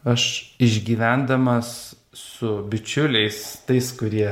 aš išgyvendamas su bičiuliais tais kurie